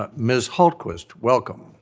ah ms. hultquist, welcome.